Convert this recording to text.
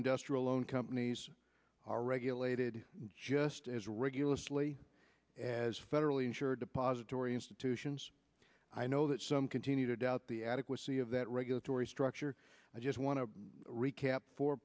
industrial loan companies are regulated just as regularly as federally insured depository institutions i know that some continue to doubt the adequacy of that regulatory structure i just want to recap four